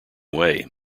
way